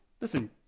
Listen